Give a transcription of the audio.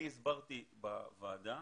אני הסברתי בוועדה